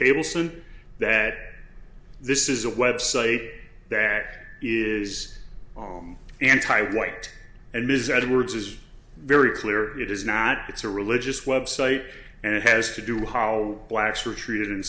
tables and that this is a website that is anti white and visited words is very clear it is not it's a religious website and it has to do how blacks are treated in